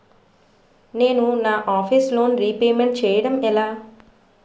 నేను నా office loan repayment చేయడం ఎలా?